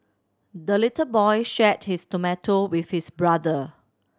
the little boy shared his tomato with his brother